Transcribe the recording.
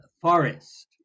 Forest